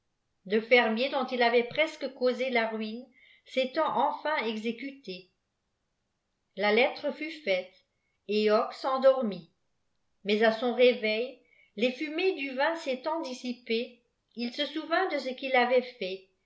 le fermier dont il avait presque causé la ruine s'étant enfin exécuté la lettre fut faite et hocque s'endormit mais à son réveil les fumées du vin s'étant dissipées il se souvint de ce qu'il avait fait